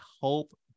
hope